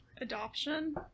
Adoption